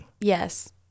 Yes